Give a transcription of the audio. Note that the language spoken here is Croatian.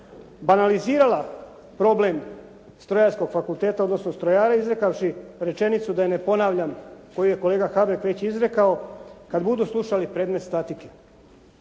banalizirala problem strojarskog fakulteta, odnosno strojara, izrekavši rečenicu da je ne ponavljam koju je kolega Habek već izrekao, kada budu slušali predmet statike.